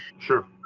sure.